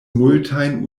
multajn